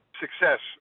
success